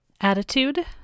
attitude